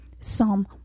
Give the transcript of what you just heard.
Psalm